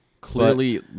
clearly